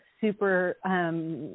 super